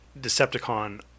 Decepticon